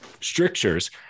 strictures